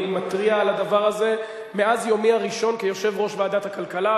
אני מתריע על הדבר הזה מאז יומי הראשון כיושב-ראש ועדת הכלכלה,